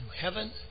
heaven